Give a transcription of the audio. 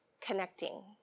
connecting